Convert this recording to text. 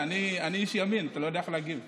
רגע, זה משנה מי צודק?